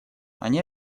они